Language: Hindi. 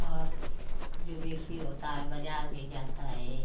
और जो बेसी होता है बाज़ार भी जाता है